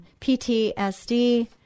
PTSD